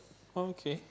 oh okay